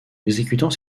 exécutant